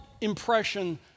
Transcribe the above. impression